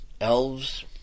Elves